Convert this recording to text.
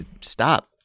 stop